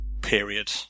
period